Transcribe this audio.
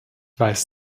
weiß